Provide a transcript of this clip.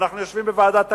אנחנו יושבים בוועדת הכספים,